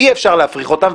אי אפשר להפריך אותם,